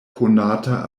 konata